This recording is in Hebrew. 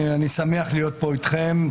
אני שמח להיות פה איתכם,